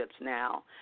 now